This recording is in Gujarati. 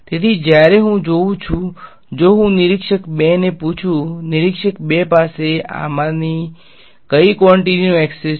તેથી જ્યારે હું જોઉં છું જો હું નિરીક્ષક ૨ ને પુછુ નિરીક્ષક ૨ પાસે આમાંથી કઈ ક્વોંટીટી નો એક્સેસ છે